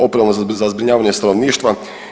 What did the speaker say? Oprema za zbrinjavanje stanovništva.